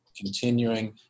continuing